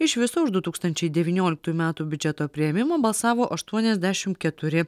iš viso už du tūkstančiai devynioliktųjų metų biudžeto priėmimą balsavo aštuoniasdešim keturi